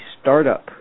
startup